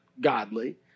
godly